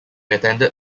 attended